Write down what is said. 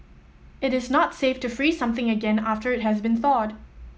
it is not safe to freeze something again after it has been thawed